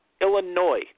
Illinois